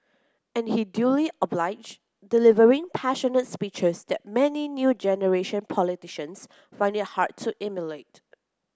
and he duly obliged delivering passionate speeches that many new generation politicians find it hard to emulate